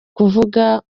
kuvuga